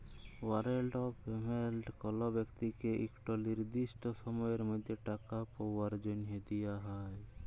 warrant of payment কল ব্যক্তিকে ইকট লিরদিসট সময়ের মধ্যে টাকা পাউয়ার জ্যনহে দিয়া হ্যয়